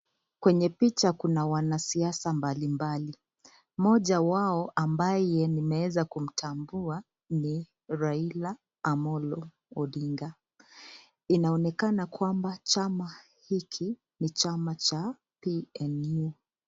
Kwenye picha kuna wanasiasa mbalimbali. Moja wao ambaye nimeeza kumtambua ni Raila Amollo Ondiga. Inaonekana kwamba chama hiki ni chama cha PNU.